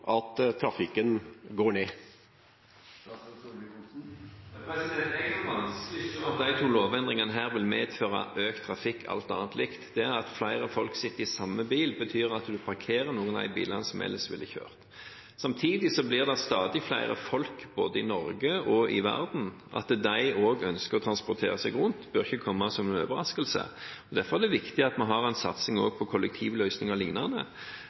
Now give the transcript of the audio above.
at trafikken går ned. Jeg kan vanskelig se at disse to lovendringene vil medføre økt trafikk – alt annet likt. Det at flere folk sitter i samme bil, betyr at en parkerer noen av de bilene som ellers ville kjørt. Samtidig blir det stadig flere folk både i Norge og i verden. At de også ønsker å transportere seg rundt, bør ikke komme som en overraskelse. Derfor er det viktig at vi også har en satsing på kollektivløsninger og lignende,